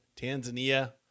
Tanzania